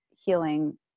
healing